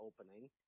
opening